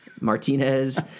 Martinez